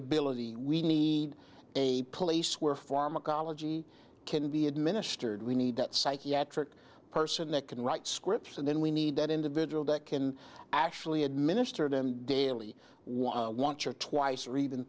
ability we need a place where pharmacology can be administered we need that psychiatric person that can write scripts and then we need that individual that can actually administer them daily while want your twice or even